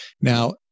Now